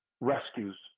rescues